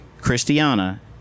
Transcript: Christiana